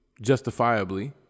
justifiably